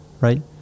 right